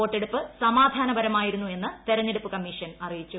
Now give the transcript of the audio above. വോട്ടെടുപ്പ് സമാധാനപരമായിരുന്നു എന്ന് തെരഞ്ഞെടുപ്പ് കമ്മീഷൻ അറിയിച്ചു